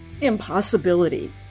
impossibility